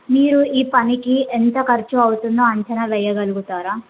మీరు ఈ పనికి ఎంత ఖర్చు అవుతుందో అంచనా వెయగలుగుతారా